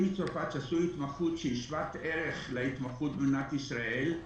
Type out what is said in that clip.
מצרפת שעשו התמחות שהיא שוות ערך להתמחות במדינת ישראל,